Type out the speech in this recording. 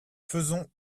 faisons